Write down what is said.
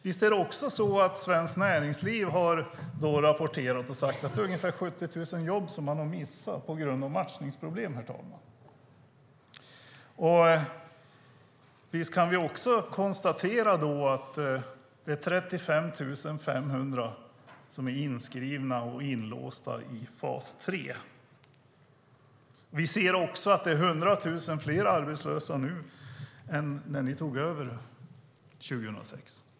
Visst är det också så att Svenskt Näringsliv har rapporterat att man har missat ungefär 70 000 jobb på grund av matchningsproblem? Visst kan vi också konstatera att 35 500 är inskrivna och inlåsta i fas 3? Vi ser också att det är 100 000 fler arbetslösa nu än när ni tog över 2006.